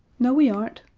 no, we aren't,